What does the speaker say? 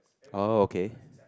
oh okay